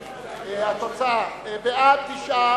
התוצאה: בעד, 9,